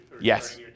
Yes